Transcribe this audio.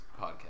podcast